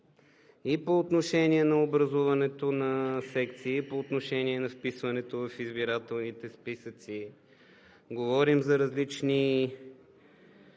и по отношение на образуването на секции, и по отношение на вписването в избирателните списъци, говорим за различни